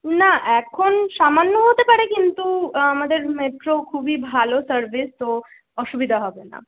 না এখন সামান্য হতে পারে কিন্তু আমাদের মেট্রোও খুবই ভালো সার্ভিস তো অসুবিধা হবে না